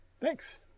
Thanks